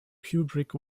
kubrick